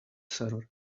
server